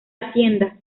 hacienda